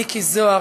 מיקי זוהר,